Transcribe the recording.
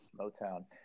Motown